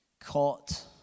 caught